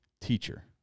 teacher